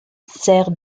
sert